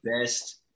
best